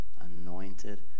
anointed